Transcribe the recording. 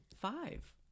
Five